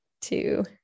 two